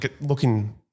Looking